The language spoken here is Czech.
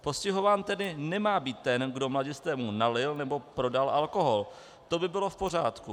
Postihován tedy nemá být ten, kdo mladistvému nalil nebo prodal alkohol, to by bylo v pořádku.